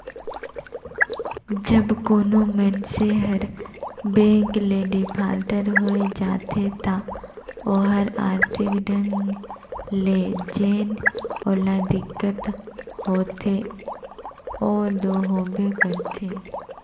जब कोनो मइनसे हर बेंक ले डिफाल्टर होए जाथे ता ओहर आरथिक ढंग ले जेन ओला दिक्कत होथे ओ दो होबे करथे